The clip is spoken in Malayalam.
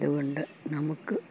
അതുകൊണ്ട് നമുക്ക്